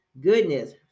goodness